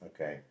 Okay